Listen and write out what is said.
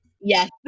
yes